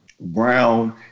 Brown